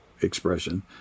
expression